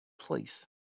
place